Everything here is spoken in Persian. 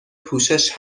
پوشش